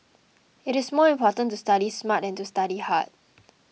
it is more important to study smart than to study hard